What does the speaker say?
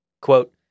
Quote